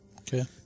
Okay